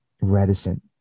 reticent